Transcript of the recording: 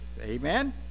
Amen